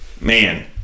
man